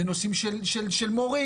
לנושאים של מורים,